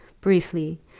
briefly